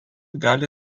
gali